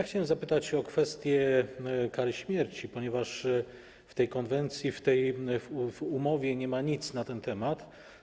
Chciałem zapytać o kwestię kary śmierci, ponieważ w tej konwencji, w tej umowie nie ma nic na ten temat.